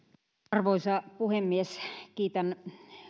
arvoisa puhemies kiitän